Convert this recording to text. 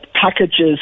packages